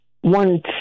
one